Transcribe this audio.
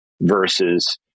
versus